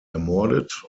ermordet